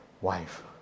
wife